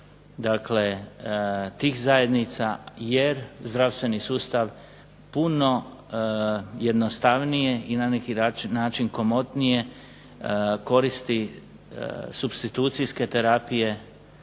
tih zajednica, jer zdravstveni sustav puno jednostavnije i na neki način komotnije koristi supstitucijske terapije